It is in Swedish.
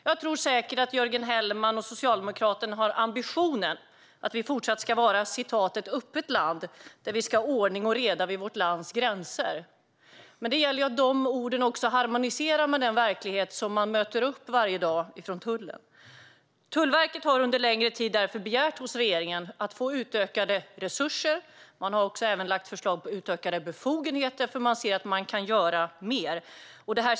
Jag tror säkert att Jörgen Hellman och Socialdemokraterna har ambitionen att Sverige fortsatt ska vara ett "öppet land" där vi ska ha ordning och reda vid vårt lands gränser. Men det gäller att dessa ord också harmonierar med den verklighet som man möter varje dag från tullen. Tullverket har under en längre tid därför begärt hos regeringen att få utökade resurser. Man har även lagt fram förslag om utökade befogenheter, för man ser att man kan göra mer.